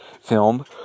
film